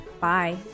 Bye